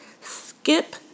skip